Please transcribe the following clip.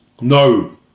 No